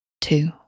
two